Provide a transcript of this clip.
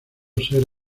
ser